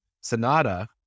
Sonata